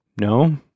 No